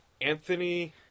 Anthony